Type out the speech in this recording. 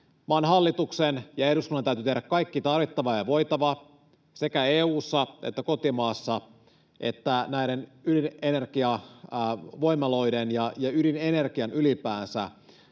maan hallituksen ja eduskunnan täytyy tehdä kaikki tarvittava ja voitava sekä EU:ssa että kotimaassa, jotta näiden ydinenergiavoimaloiden, ja ydinenergian ylipäänsä,